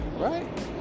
Right